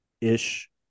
ish